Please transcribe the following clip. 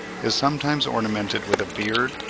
is sometimes ornamented with a beard,